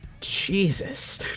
jesus